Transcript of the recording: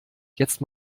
jetzt